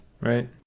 Right